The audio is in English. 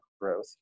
growth